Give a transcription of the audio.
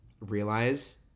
realize